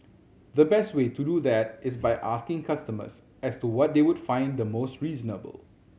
the best way to do that is by asking customers as to what they would find the most reasonable